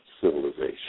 civilization